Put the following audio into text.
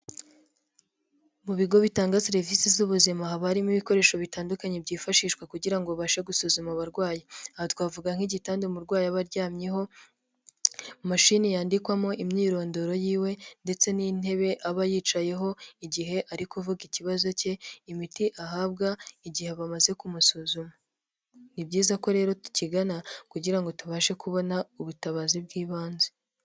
Mu bigo bitanga serivisi z'ubuzima haba harimo ibikoresho bitandukanye byifashishwa kugira ngo babashe gusuzuma abarwayi. Aha twavuga nk'igitanda umurwayi aba aryamyeho, mashini yandikwamo imyirondoro yiwe, ndetse n'intebe aba yicayeho igihe arikuvuga ikibazo cye. Imiti ahabwa igihe bamaze kumusuzuma. Ni byiza ko rero tukigana kugira ngo tubashe kubona ubutabazi bw'ibanze.